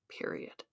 period